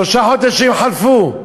שלושה חודשים, חלפו.